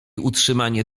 utrzymanie